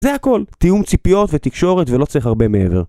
זה הכל, תיהום ציפיות ותקשורת ולא צריך הרבה מעבר